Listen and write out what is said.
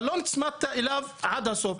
אבל, לא נצמדת אליו עד הסוף.